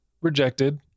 rejected